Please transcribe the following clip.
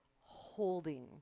holding